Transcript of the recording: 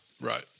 Right